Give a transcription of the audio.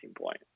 point